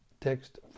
Text